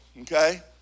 okay